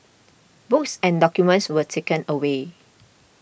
books and documents were taken away